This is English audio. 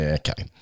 okay